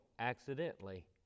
accidentally